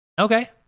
Okay